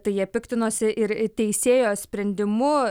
tai jie piktinosi ir teisėjo sprendimu